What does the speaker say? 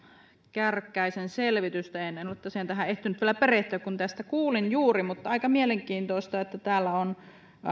kärkkäisen selvitystä en ollut tosiaan tähän ehtinyt vielä perehtyä kun tästä kuulin juuri mutta aika mielenkiintoista kun täällä